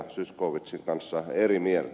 zyskowiczin kanssa eri mieltä